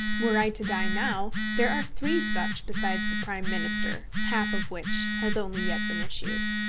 were i to die now there are three such besides the prime minister, half of which has only yet been issued.